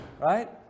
right